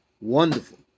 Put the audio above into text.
wonderful